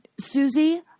Susie